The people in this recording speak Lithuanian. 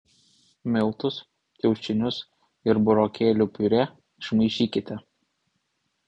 miltus kiaušinius ir burokėlių piurė išmaišykite